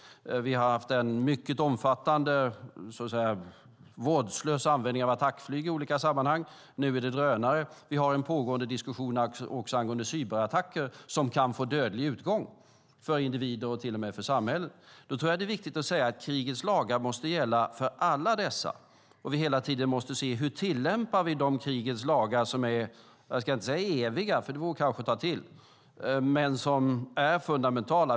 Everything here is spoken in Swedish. Vi har haft en mycket omfattande och vårdslös användning av attackflyg i olika sammanhang. Nu är det drönare. Vi har en pågående diskussion också angående cyberattacker som kan få dödlig utgång för individer och till och med för samhällen. Därför tror jag att det är viktigt att säga att krigets lagar måste gälla för alla dessa. Vi måste hela tiden se hur vi tillämpar de krigets lagar som är, jag ska inte säga eviga, för det vore kanske att ta i, men som är fundamentala.